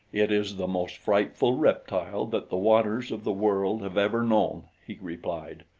it is the most frightful reptile that the waters of the world have ever known, he replied.